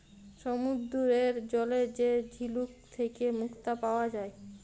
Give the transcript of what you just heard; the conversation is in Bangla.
সমুদ্দুরের জলে যে ঝিলুক থ্যাইকে মুক্তা পাউয়া যায়